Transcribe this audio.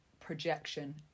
projection